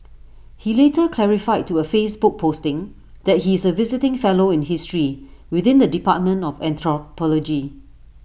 he later clarified to A Facebook posting that he is A visiting fellow in history within the dept of anthropology